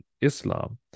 Islam